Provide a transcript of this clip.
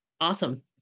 Awesome